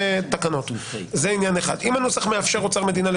אם הנוסח מאפשר אוצר מדינה,